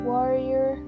Warrior